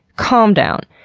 calm down.